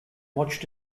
watched